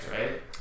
right